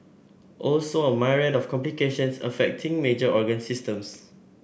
also a myriad of complications affecting major organ systems